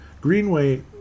Greenway